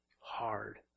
hard